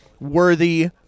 worthy